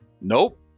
Nope